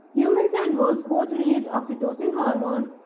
humans and wolves both release oxytocin hormone,